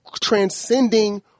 transcending